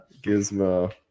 Gizmo